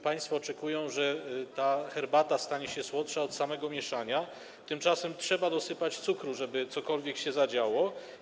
Państwo oczekują, że ta herbata stanie się słodsza od samego mieszania, tymczasem trzeba dosypać cukru, żeby cokolwiek się zadziało.